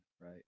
right